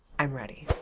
i'm ready.